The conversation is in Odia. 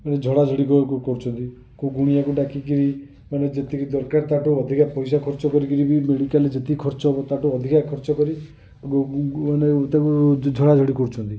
ଝଡ଼ା ଝଡ଼ି କରୁଛନ୍ତି କେଉଁ ଗୁଣିଆ କୁ ଡାକିକିରି ମାନେ ଯେତିକି ଦରକାର ତା ଠୁ ଅଧିକା ପଇସା ଖର୍ଚ କରିକିରି ବି ମେଡ଼ିକାଲ ଯେତିକି ଖର୍ଚ୍ଚ ହବ ତାଠୁ ଅଧିକା ଖର୍ଚ୍ଚ କରି ମାନେ ଟାକୁ ଝଡ଼ା ଝଡ଼ି କରୁଛନ୍ତି